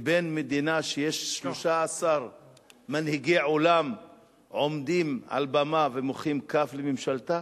לבין מדינה שיש 13 מנהיגי עולם שעומדים על במה ומוחאים כף לממשלתה?